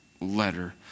letter